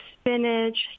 spinach